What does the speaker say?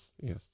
yes